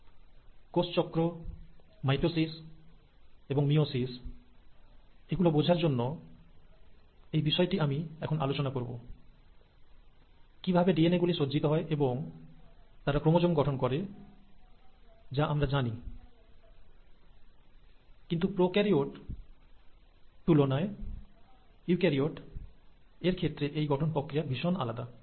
sell cycle এবং mitosis ও meiosis বোঝার জন্য আমি এগুলি আলোচনা করব কিভাবে এই DNA সজ্জিত হয় এবং তারা ক্রোমোজোমের মধ্যে সজ্জিত থাকে তা আমরা জানি কিন্তু সেখানে একটি গঠন কাঠামো রয়েছে যা প্রোক্যারিওট এর তুলনায় ইউক্যারিওট এর ক্ষেত্রে অনেক আলাদা